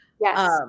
Yes